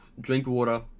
Drinkwater